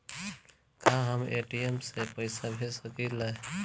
का हम ए.टी.एम से पइसा भेज सकी ले?